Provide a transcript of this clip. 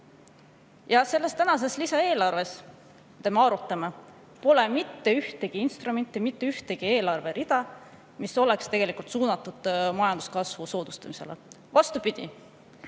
Selles lisaeelarves, mida me arutame, pole mitte ühtegi instrumenti, mitte ühtegi eelarverida, mis oleks suunatud majanduskasvu soodustamisele. Vastupidi,